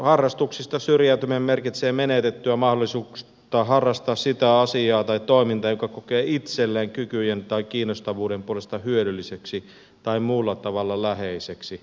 harrastuksista syrjäytyminen merkitsee menetettyä mahdollisuutta harrastaa sitä asiaa tai toimintaa jonka kokee itselleen kykyjen tai kiinnostavuuden puolesta hyödylliseksi tai muulla tavalla läheiseksi